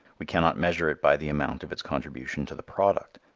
we can not measure it by the amount of its contribution to the product,